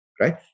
right